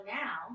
now